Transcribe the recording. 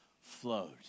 flowed